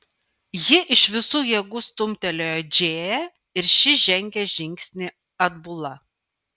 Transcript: ji iš visų jėgų stumtelėjo džėją ir ši žengė žingsnį atbula